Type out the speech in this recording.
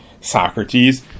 Socrates